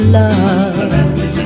love